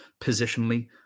positionally